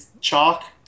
chalk